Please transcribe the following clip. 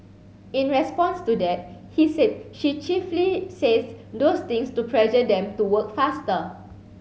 in response to that he said she chiefly says those things to pressure them to work faster